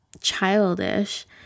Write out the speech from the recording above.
childish